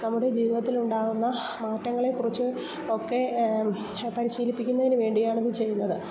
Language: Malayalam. നമ്മുടെ ജീവിതത്തിലുണ്ടാകുന്ന മാറ്റങ്ങളെ കുറിച്ച് ഒക്കെ പരിശീലിപ്പിക്കുന്നതിനു വേണ്ടിയാണിത് ചെയ്യുന്നത്